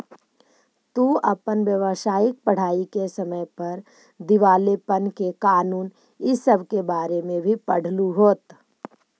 तू अपन व्यावसायिक पढ़ाई के समय पर दिवालेपन के कानून इ सब के बारे में भी पढ़लहू होत